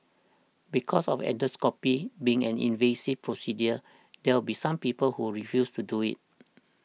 because of endoscopy being an invasive procedure there will be some people who refuse to do it